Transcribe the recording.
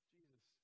Jesus